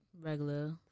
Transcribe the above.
regular